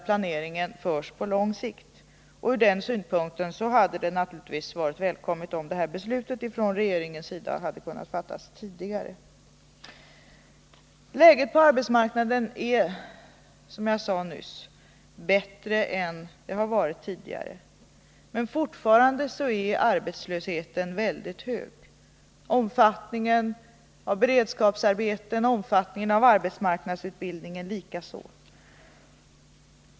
Planeringen måste göras på lång sikt. Ur den synpunkten hade det naturligtvis varit välkommet om regeringen hade kunnat fatta detta beslut tidigare. Läget på arbetsmarknaden är, som jag sade nyss, bättre än det har varit tidigare. Men fortfarande är arbetslösheten mycket hög, omfattningen av beredskapsarbeten och arbetsmarknadsutbildning likaså.